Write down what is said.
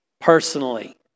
personally